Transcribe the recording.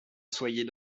soyez